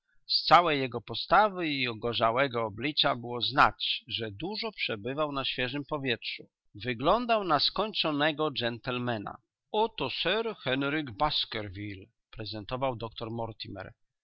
z całej jego postawy i ogorzałego oblicza było znać że dużo przebywał na świeżem powietrzu wyglądał na skończonego gentlemana oto sir henryk baskerville prezentował doktor